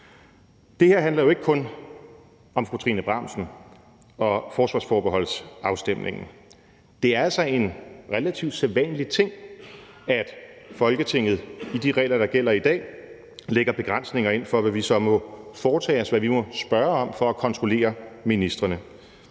Det her handler jo ikke kun om fru Trine Bramsen og afstemningen om forsvarsforbeholdet. Det er altså en relativt sædvanlig ting, at Folketinget med de regler, der gælder i dag, lægger begrænsninger ind for, hvad vi så må foretage os, hvad vi må spørge om for at kontrollere ministrene.